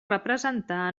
representar